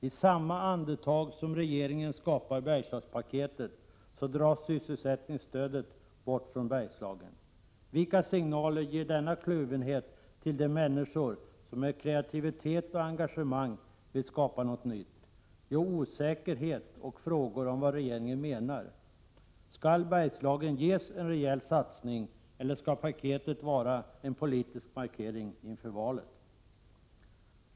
I samma andetag som regeringen skapar Bergslagspaketet dras sysselsättningsstödet bort från Bergslagen. Vilka signaler ger denna kluvenhet till de människor som med kreativitet och engagemang vill skapa något nytt? Jo, osäkerhet och frågor om vad regeringen menar. Skall Bergslagen ges en rejäl satsning eller skall paketet vara en politisk markering inför valet?